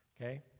Okay